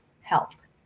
health